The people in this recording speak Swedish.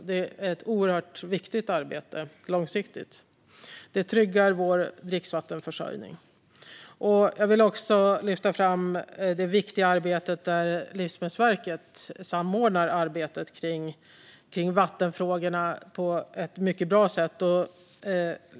Det är ett oerhört viktigt arbete långsiktigt; det tryggar vår dricksvattenförsörjning. Jag vill också lyfta fram det viktiga arbete som Livsmedelsverket gör med att på ett mycket bra sätt samordna arbetet gällande vattenfrågorna.